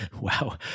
Wow